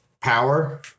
power